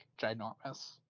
ginormous